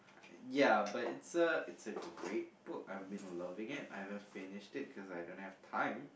ya but it's a it's a great book I've been loving it but I've not finished reading it cause I don't have time